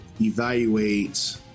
evaluate